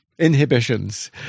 inhibitions